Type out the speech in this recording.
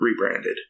rebranded